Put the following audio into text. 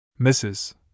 Mrs